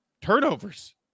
turnovers